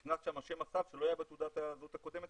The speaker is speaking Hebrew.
נכנס שם הסב שלא היה בתעודת הזהות הקודמת,